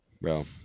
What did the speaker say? Bro